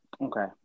Okay